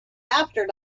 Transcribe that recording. after